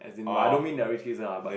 as in I don't mean they are rich kids lah but